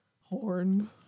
Horn